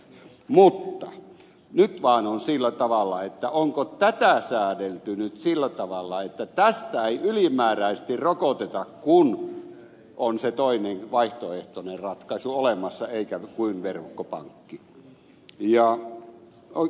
mutta nyt vaan on sillä tavalla että onko tätä säädelty nyt sillä tavalla että tästä ei ylimääräisesti rokoteta kun on se toinen vaihtoehtoinen ratkaisu olemassa kuin verkkopankki